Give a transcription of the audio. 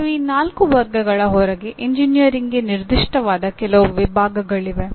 ಮತ್ತು ಈ ನಾಲ್ಕು ವರ್ಗಗಳ ಹೊರಗೆ ಎಂಜಿನಿಯರಿಂಗ್ಗೆ ನಿರ್ದಿಷ್ಟವಾದ ಕೆಲವು ವಿಭಾಗಗಳಿವೆ